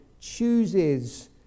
chooses